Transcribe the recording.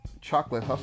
Chocolate